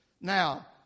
Now